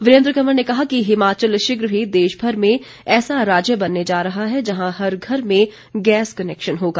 वीरेन्द्र कंवर ने कहा कि हिमाचल शीघ्र ही देशभर में ऐसा राज्य बनने जा रहा है जहां हर घर में गैस कनेक्शन होगा